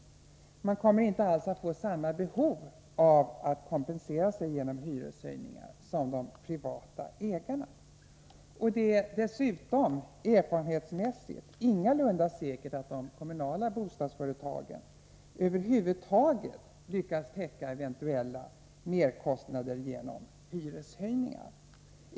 Man kommer inte alls att ha samma behov av att kompensera sig genom hyreshöjningar som de privata ägarna. Erfarenhetsmässigt är det dessutom ingalunda säkert att de kommunala bostadsföretagen över huvud taget lyckas täcka eventuella merkostnader genom hyreshöjningar.